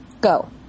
go